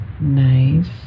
Nice